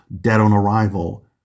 dead-on-arrival